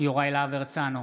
יוראי להב הרצנו,